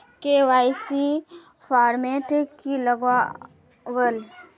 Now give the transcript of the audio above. KYC format की लगावल?